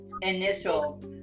initial